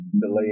Delay